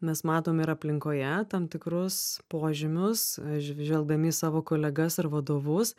mes matome ir aplinkoje tam tikrus požymius žvelgdami į savo kolegas ar vadovus